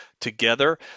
together